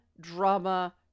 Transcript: drama